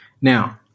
Now